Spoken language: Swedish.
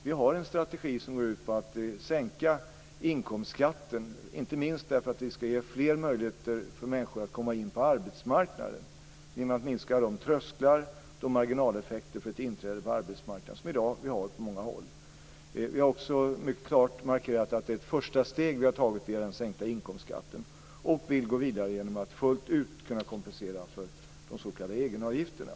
Vi har en strategi som går ut på att sänka inkomstskatten, inte minst därför att vi ska ge fler möjligheter för människor att komma in på arbetsmarknaden genom att minska de trösklar och marginaleffekter för ett inträde på arbetsmarknaden som vi har i dag på många håll. Vi har mycket klart markerat att vi har tagit ett första steg via den sänkta inkomstskatten, och vi vill gå vidare genom att fullt ut kompensera för de s.k. egenavgifterna.